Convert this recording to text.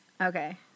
Okay